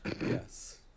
Yes